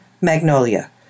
Magnolia